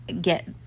get